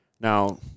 Now